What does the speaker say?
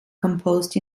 composed